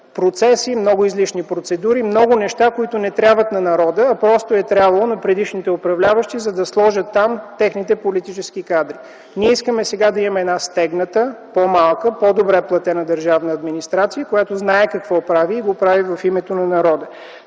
процеси, много излишни процедури, много неща, които не трябват на народа, а просто е трябвала на предишните управляващи, за да сложат там техните политически кадри. Ние искаме сега да имаме една стегната, по-малка, по-добре платена държавна администрация, която знае какво прави и го прави в името на народа.